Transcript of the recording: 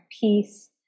peace